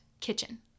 kitchen